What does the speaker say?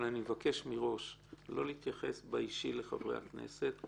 אבל אני מבקש מראש לא להתייחס באישי לחברי הכנסת.